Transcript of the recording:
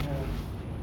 ya